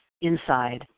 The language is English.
inside